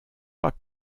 pas